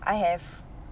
I have